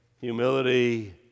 humility